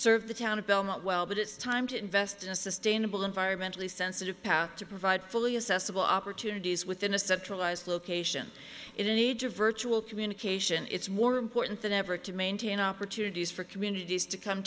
served the town of belmont well but its time to invest in a sustainable environmentally sensitive path to provide fully accessible opportunities within a centralized location in age of virtual communication it's more important than ever to maintain opportunities for communities to come